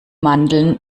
mandeln